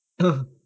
oh